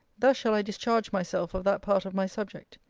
thus shall i discharge myself of that part of my subject.